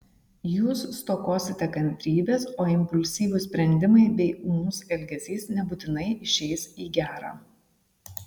jūs stokosite kantrybės o impulsyvūs sprendimai bei ūmus elgesys nebūtinai išeis į gera